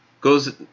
goes